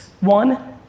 One